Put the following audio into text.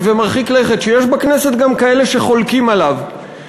ומרחיק לכת שיש בכנסת גם כאלה שחולקים עליו לגביו.